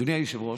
אדוני היושב-ראש,